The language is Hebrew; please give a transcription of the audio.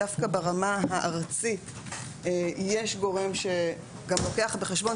דווקא ברמה הארצית יש גורם שגם לוקח בחשבון,